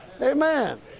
Amen